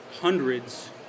hundreds